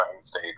State